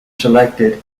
selected